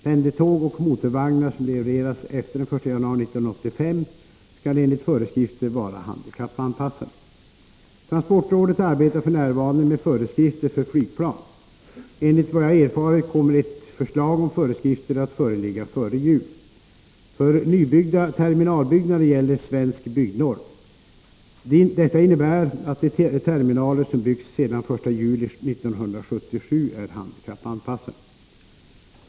Pendeltåg och motorvagnar som levereras efter den 1 januari 1985 skall enligt dessa föreskrifter vara handikappanpassade. Transportrådet arbetar f. n. med föreskrifter för flygplan. Enligt vad jag har erfarit kommer ett förslag om föreskrifter att föreligga före jul. För nybyggda terminalbyggnader gäller Svensk byggnorm. Detta innebär att de terminaler som byggts sedan den 1 juli 1977 är handikappanpassade.